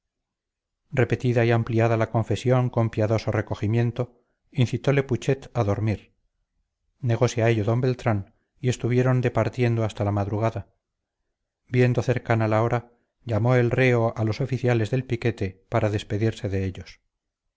repetida y ampliada la confesión con piadoso recogimiento incitole putxet a dormir negose a ello d beltrán y estuvieron departiendo hasta la madrugada viendo cercana la hora llamó el reo a los oficiales del piquete para despedirse de ellos